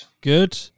good